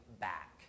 back